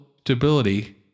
stability